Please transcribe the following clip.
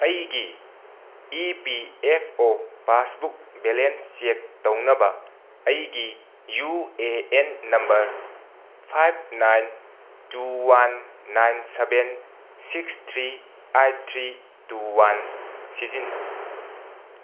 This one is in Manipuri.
ꯑꯩꯒꯤ E P F O passbook balance check ꯇꯧꯅꯕ ꯑꯩꯒꯤ U A N number five nine two one nine seven six three eight three two one ꯁꯤꯖꯤꯟꯅꯧ